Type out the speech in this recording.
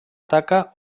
taca